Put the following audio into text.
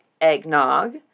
eggnog